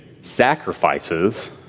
sacrifices